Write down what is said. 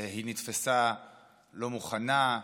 היא נתפסה לא מוכנה.